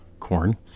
corn